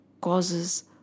causes